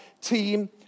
team